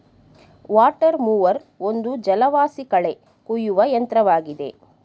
water mower ಒಂದು ಜಲವಾಸಿ ಕಳೆ ಕುಯ್ಯುವ ಯಂತ್ರವಾಗಿದೆ